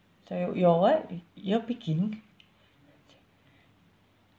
sorry your what y~ your picking